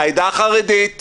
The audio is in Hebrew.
העדה החרדית --- למה?